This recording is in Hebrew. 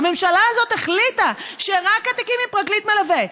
הממשלה הזאת החליטה: רק התיקים עם פרקליט מלווה,